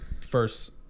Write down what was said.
first